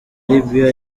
libya